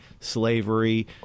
slavery